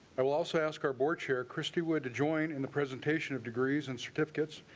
i will also ask our board chair christy wood to join in the presentation of degrees and certificates.